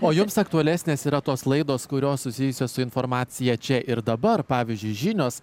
o jums aktualesnės yra tos laidos kurios susijusios su informacija čia ir dabar pavyzdžiui žinios